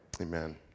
Amen